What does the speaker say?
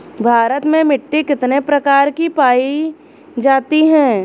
भारत में मिट्टी कितने प्रकार की पाई जाती हैं?